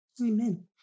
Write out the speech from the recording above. Amen